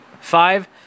five